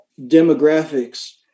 demographics